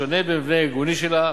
השונה במבנה הארגוני שלה,